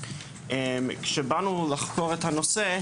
כשבאנו לחקור את הנושא,